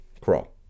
Crawl